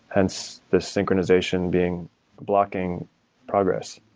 hence, this synchronization being blocking progress.